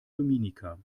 dominica